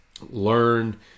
learn